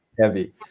heavy